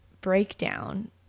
breakdown